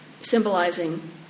symbolizing